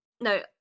No